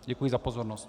Děkuji za pozornost.